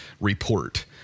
report